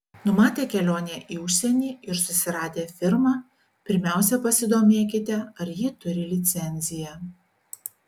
numatę kelionę į užsienį ir susiradę firmą pirmiausia pasidomėkite ar ji turi licenciją